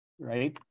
right